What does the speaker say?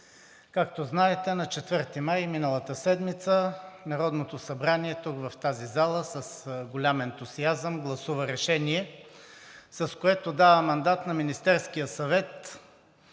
Както знаете, на 4 май миналата седмица Народното събрание тук в тази зала с голям ентусиазъм гласува решение, с което дава мандат на Министерския съвет